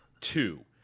Two